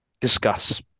Discuss